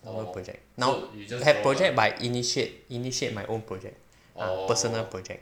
no project now have project but I initiate initiate my own project ah personal project